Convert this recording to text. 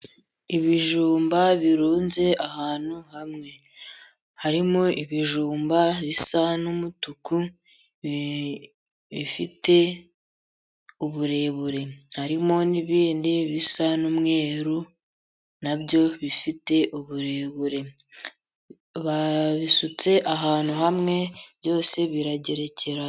Ibijumba birunze ahantu hamwe, harimo ibijumba bisa n'umutuku bifite uburebure, harimo n'ibindi bisa n'umweru, na byo bifite uburebure, babisutse ahantu hamwe byose biragerekeranye.